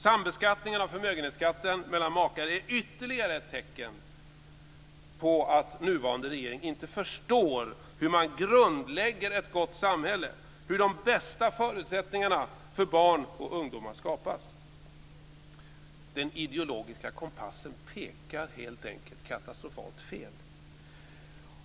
Sambeskattningen av förmögenhetsskatten mellan makar är ytterligare ett tecken på att nuvarande regering inte förstår hur man grundlägger ett gott samhälle, hur de bästa förutsättningarna för barn och ungdomar skapas. Den ideologiska kompassen pekar helt enkelt katastrofalt fel.